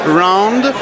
round